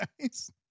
guys